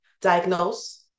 diagnose